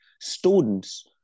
students